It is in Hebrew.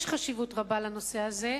יש חשיבות רבה לנושא הזה,